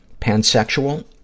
pansexual